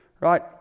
right